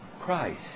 Christ